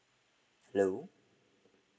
hello